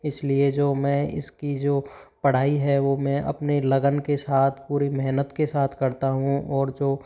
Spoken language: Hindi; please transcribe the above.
इस लिए जो मैं इस की जो पढ़ाई है वो मैं अपने लगन के साथ पूरी मेहनत के साथ करता हूँ और जो